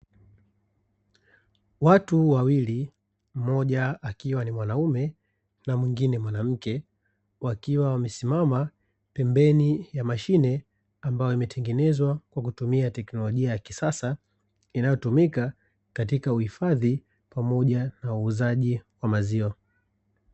Watu wawili mmoja akiwa ni mwanaume na mwingine mwanamke, wakiwa wamesimama pembeni ya mashine ambayo imetengenezwa kwa kutumia tekinolojia ya kisasa, inayotumika katika uhifadhi pamoja na uuzaji wa maziwa.